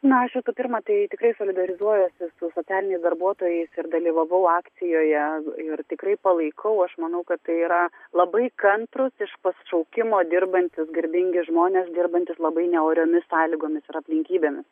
na aš visų pirma tai tikrai solidarizuojuosi su socialiniais darbuotojais ir dalyvavau akcijoje ir tikrai palaikau aš manau kad tai yra labai kantrūs iš pašaukimo dirbantys garbingi žmonės dirbantys labai neoriomis sąlygomis ir aplinkybėmis